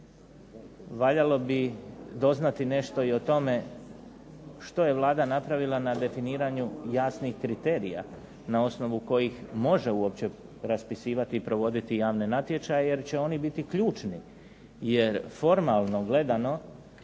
Valjalo bi doznati nešto i o tome što je Vlada napravila na definiranju jasnih kriterija, na osnovu kojih može uopće raspisivati i provoditi javne natječaje, jer će oni biti ključni. Jer formalno gledano